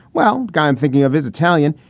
well, guy, i'm thinking of his italian.